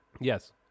yes